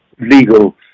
legal